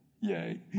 Yay